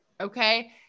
Okay